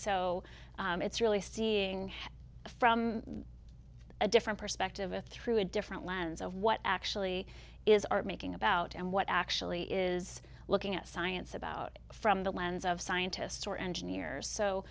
so it's really seeing from a different perspective a through a different lens of what actually is are making about and what actually is looking at science about from the lens of scientists or engineers so